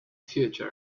future